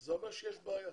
זה אומר שיש בעיה,